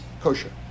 kosher